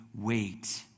wait